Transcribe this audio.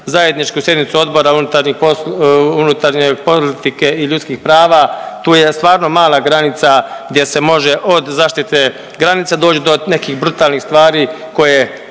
.../nerazumljivo/... unutarnje politike i ljudskih prava, tu je stvarno mala granica gdje se može od zaštite granica doći do nekih brutalnih stvari koje